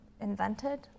invented